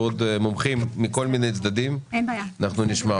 עוד מומחים מכל מיני צדדים ואנחנו נשמע אותם.